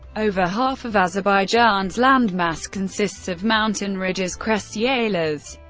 over half of azerbaijan's land mass consists of mountain ridges, crests, yailas,